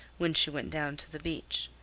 when she went down to the beach.